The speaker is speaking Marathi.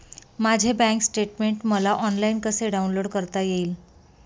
माझे बँक स्टेटमेन्ट मला ऑनलाईन कसे डाउनलोड करता येईल?